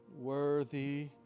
Worthy